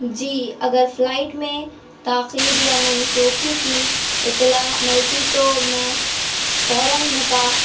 جی اگر فلائٹ میں تاخیر یا منسوخی کی اطلاع ملتی تو میں فوراً متع